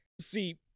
See